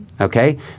okay